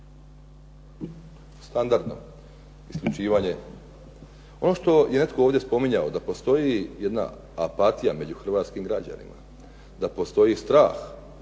Hrvatskoj. Ono što je netko ovdje govorio da postoji jedan apatija među hrvatskim građanima, da postoji strah